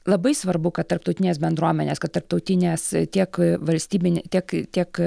labai svarbu kad tarptautinės bendruomenės kad tarptautinės tiek valstybiniu tiek tiek